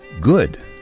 good